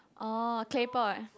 oh claypot